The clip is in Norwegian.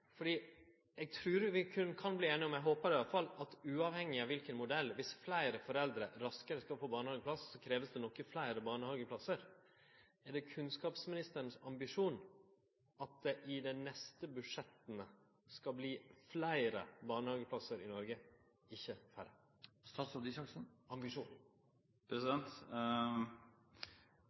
eg trur – eg håpar i alle fall – at uavhengig av modell kan vi verte einige om at viss fleire foreldre raskare skal få barnehageplass, krevst det fleire barnehageplassar. Er det ambisjonen til kunnskapsministeren at det i dei neste budsjetta skal verte fleire barnehageplassar i Noreg, ikkje